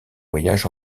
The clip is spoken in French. voyage